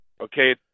Okay